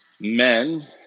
men